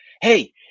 Hey